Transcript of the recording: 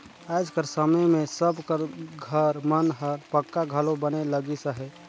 आएज कर समे मे सब कर घर मन हर पक्का घलो बने लगिस अहे